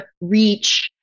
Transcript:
reach